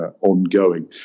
ongoing